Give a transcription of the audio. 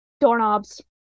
Doorknobs